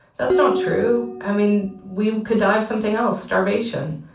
that's not true. i mean, we could die of something else starvation.